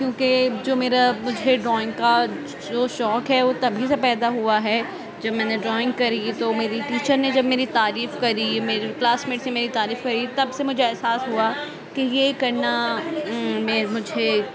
کیونکہ جو میرا مجھے ڈرائنگ کا جو شوق ہے وہ تبھی سے پیدا ہوا ہے جب میں نے ڈرائنگ کری تو میری ٹیچر نے جب میری تعریف کری میری کلاس میٹس نے میری تعریف کری تب سے مجھے احساس ہوا کہ یہ کرنا میں مجھے